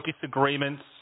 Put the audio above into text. disagreements